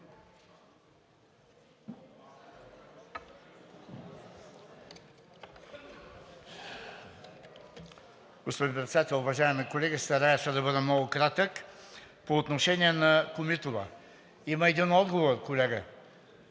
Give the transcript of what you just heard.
Господин Председател, уважаеми колеги! Старая се да бъда много кратък. По отношение на Комитова – има един отговор, колега.